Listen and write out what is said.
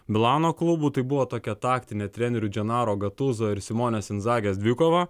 milano klubų tai buvo tokia taktinė trenerių dženaro gatuzo ir simone sinzages dvikova